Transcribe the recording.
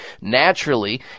naturally